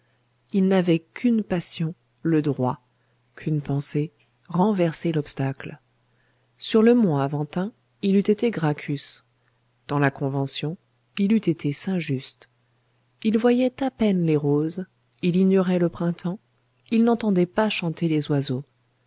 il n'avait qu'une passion le droit qu'une pensée renverser l'obstacle sur le mont aventin il eût été gracchus dans la convention il eût été saint-just il voyait à peine les roses il ignorait le printemps il n'entendait pas chanter les oiseaux